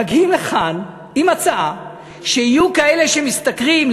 מגיעים לכאן עם הצעה שיהיו כאלה שמשתכרים,